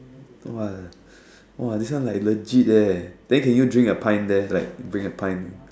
!wah! !wah! this one like legit eh then can you drink a pint there like bring a pint